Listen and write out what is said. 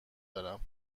دارم